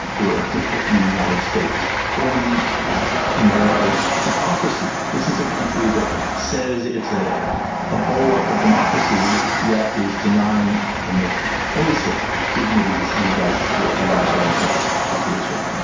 were depicting the united states, pointing at america's hypocrisy. this is a country that says it's ah a bulwark of democracy, yet is denying the most basic dignities and rights to a large segment of its population.